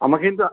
আমাকে কিন্তু